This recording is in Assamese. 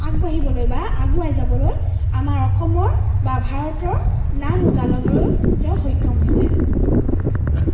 আগবাঢ়িবলৈ বা আগুৱাই যাবলৈ আমাৰ অসমৰ বা ভাৰতৰ নাম উজলাবলৈ তেওঁ সক্ষম হৈছে